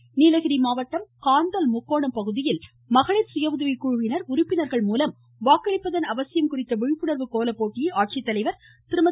மமமம இருவரி நீலகிரி மாவட்டம் காந்தல் முக்கோணம் பகுதியில் மகளிர் சுய உதவி குழுவினர் உறுப்பினர்கள்மூலம் வாக்களிப்பதன் அவசியம் குறித்த விழிப்புணர்வு கோலப்போட்டியை ஆட்சி தலைவர் திருமதி